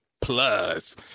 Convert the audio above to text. plus